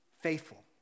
Faithful